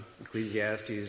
Ecclesiastes